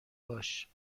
باش